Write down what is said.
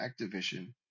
Activision